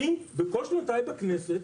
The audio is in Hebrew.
אני בכל שנותיי בכנסת